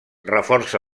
reforça